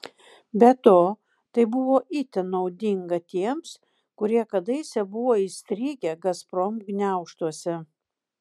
be to tai buvo itin naudinga tiems kurie kadaise buvo įstrigę gazprom gniaužtuose